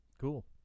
Cool